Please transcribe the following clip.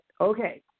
okay